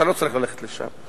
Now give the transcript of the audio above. אתה לא צריך ללכת לשם.